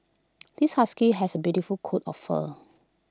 this husky has A beautiful coat of fur